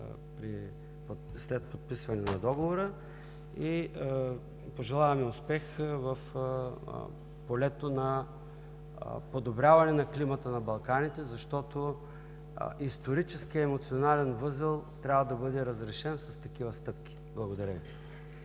след подписване на Договора. Пожелаваме успех в полето на подобряване на климата на Балканите, защото историческият емоционален възел трябва да бъде разрешен с такива стъпки! Благодаря